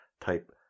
type